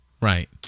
Right